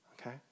okay